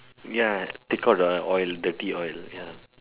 ya take out the oil dirty oil